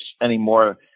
anymore